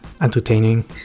entertaining